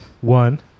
One